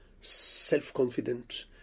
self-confident